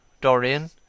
Dorian